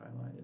highlighted